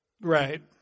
right